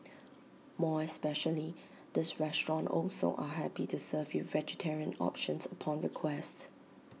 more especially this restaurant also are happy to serve you vegetarian options upon request